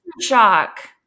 shock